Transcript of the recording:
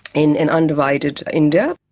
in an undivided india.